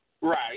right